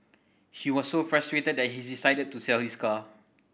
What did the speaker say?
he was so frustrated that he decided to sell his car